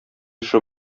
эше